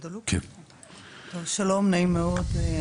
נעים מאוד,